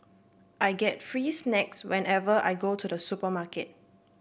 I get free snacks whenever I go to the supermarket